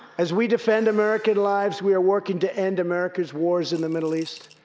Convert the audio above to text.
as we defend american lives, we are working to end america's wars in the middle east.